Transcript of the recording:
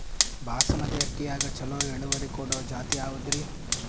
ಬಾಸಮತಿ ಅಕ್ಕಿಯಾಗ ಚಲೋ ಇಳುವರಿ ಕೊಡೊ ಜಾತಿ ಯಾವಾದ್ರಿ?